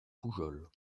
poujols